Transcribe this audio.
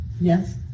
Yes